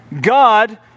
God